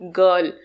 girl